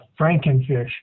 frankenfish